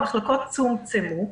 המחלקות צומצמו.